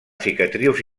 cicatrius